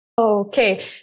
Okay